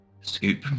Scoop